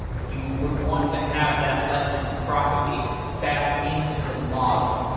you would want to have that lesson propagate back into the model.